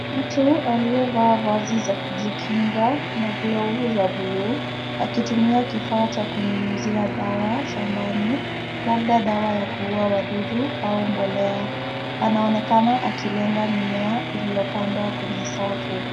Mtu aliyevaa vazi za kujikinga na glovu za buluu akitumia kifaa cha kunyunyuzia dawa shambani labda dawa ya kuua wadudu au mbolea. Anaonekana akilenga mimea iliyopandwa kwenye safu.